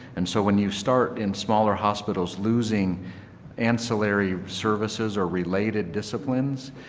and so when you start in smaller hospitals losing ancillary services or related disciplines,